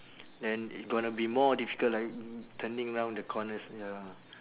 then it's gonna be more difficult like turning round the corners ya